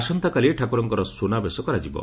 ଆସନ୍ତାକାଲି ଠାକୁରଙ୍ଙର ସୁନାବେଶ କରାଯିବ